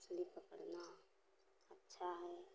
मछली पकड़ना अच्छा है